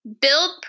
build